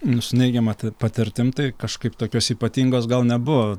nu su neigiama patirtim tai kažkaip tokios ypatingos gal nebuvo